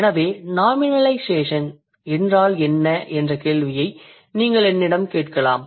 எனவே நாமினலைசேஷன் என்றால் என்ன என்ற கேள்வியை நீங்கள் என்னிடம் கேட்கலாம்